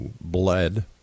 bled